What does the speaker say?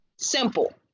simple